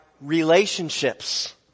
relationships